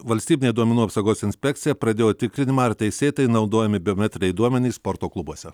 valstybinė duomenų apsaugos inspekcija pradėjo tikrinimą ar teisėtai naudojami biometriniai duomenys sporto klubuose